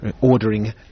ordering